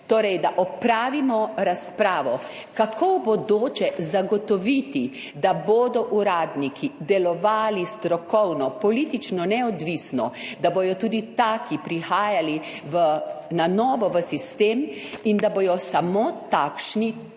Torej, da opravimo razpravo, kako v bodoče zagotoviti, da bodo uradniki delovali strokovno, politično neodvisno, da bodo tudi taki prihajali na novo v sistem in da bodo samo takšni tudi